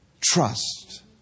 Trust